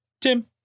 Tim